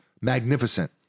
Magnificent